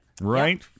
Right